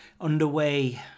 underway